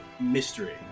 mystery